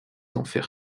enfers